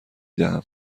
دهم